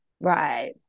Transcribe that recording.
right